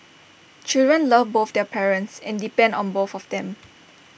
children love both their parents and depend on both of them